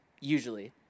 usually